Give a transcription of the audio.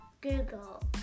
Google